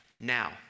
Now